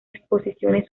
exposiciones